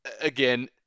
again